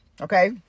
Okay